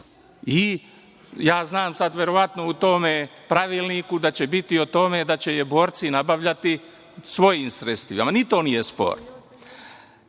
Ja znam da će verovatno u tom pravilniku biti o tome da će je borci nabavljati svojim sredstvima. Ni to nije